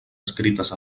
escrites